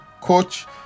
coach